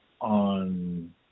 on